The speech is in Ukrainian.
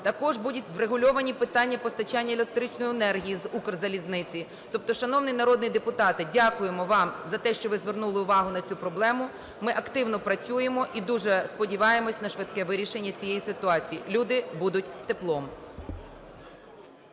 Також будуть врегульовані питання постачання електричної енергії з Укрзалізниці. Тобто, шановний народний депутате, дякуємо вам за те, що ви звернули увагу на цю проблему. Ми активно працюємо і дуже сподіваємося на швидке вирішення цієї ситуації. Люди будуть з теплом.